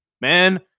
man